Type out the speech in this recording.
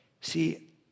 See